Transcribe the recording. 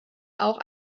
auch